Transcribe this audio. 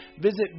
visit